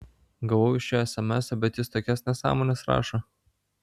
gavau iš jo esemesą bet jis tokias nesąmones rašo